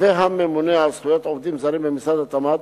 והממונה על זכויות עובדים זרים במשרד התמ"ת